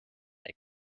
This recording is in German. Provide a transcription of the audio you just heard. act